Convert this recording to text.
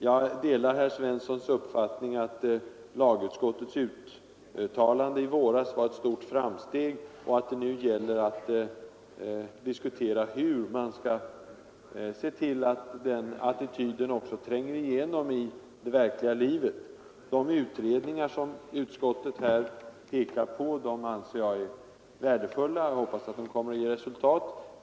Jag delar herr Svenssons uppfattning att lagutskottets uttalande i våras var ett stort framsteg, och att det nu gäller att diskutera hur man skall se till, att den attityden också tränger igenom i det verkliga livet. De utredningar som utskottet här pekar på anser jag vara värdefulla, och jag hoppas att de kommer att ge resultat.